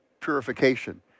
purification